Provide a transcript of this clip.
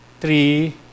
three